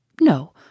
No